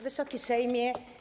Wysoki Sejmie!